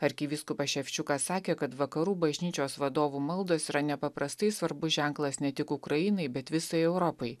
arkivyskupas ševčiukas sakė kad vakarų bažnyčios vadovų maldos yra nepaprastai svarbus ženklas ne tik ukrainai bet visai europai